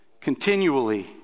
continually